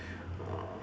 uh